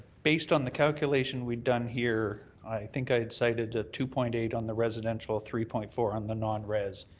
based on the calculation we've done here, i think i had cited ah two point eight on the residential, three point four on the non-res.